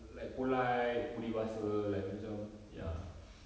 like polite budi bahasa like macam ya